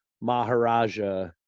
Maharaja